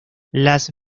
las